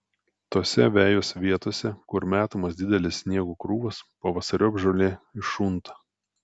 tose vejos vietose kur metamos didelės sniego krūvos pavasariop žolė iššunta